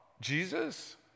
Jesus